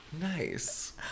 Nice